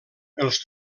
els